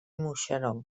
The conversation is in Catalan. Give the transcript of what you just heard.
moixeró